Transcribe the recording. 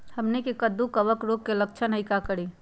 हमनी के कददु में कवक रोग के लक्षण हई का करी?